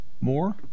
More